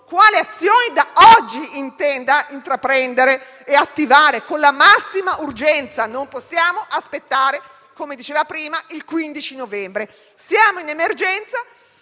quali azioni da oggi intenda intraprendere e attivare con la massima urgenza. Non possiamo aspettare - come diceva prima - il 15 novembre. Siamo in emergenza.